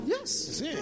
Yes